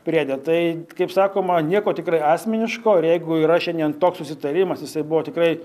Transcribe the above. priede tai kaip sakoma nieko tikrai asmeniško ir jeigu yra šiandien toks susitarimas jisai buvo tikrai